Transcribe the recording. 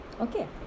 Okay